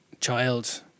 child